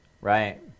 Right